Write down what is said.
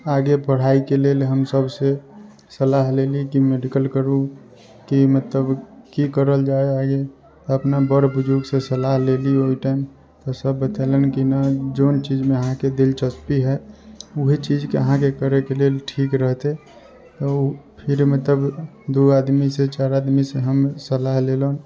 आगे पढ़ाइके लेल हम सभसे सलाह लेली कि मेडिकल करू कि मतलब की करल जाय आगे अपना बड़ बुजुर्गसँ सलाह लेली ओहि टाइम तऽ सभ बतैलनि कि नहि जे चीजमे अहाँकेँ दिलचस्पी है ओएह चीज अहाँकेँ करैके लेल ठीक रहतै ओ फिर मतलब दू आदमी से चारि आदमी से हम सलाह लेलहूँ